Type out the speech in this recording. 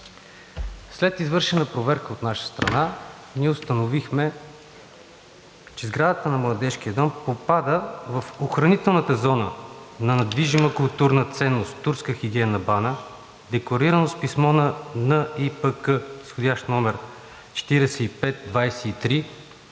След извършена проверка от наша страна ние установихме, че сградата на Младежкия дом попада в охранителната зона на недвижима културна ценност „Турска хигиенна вана“, декларирано с писмо на НИПК с входящ № 4523